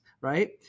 right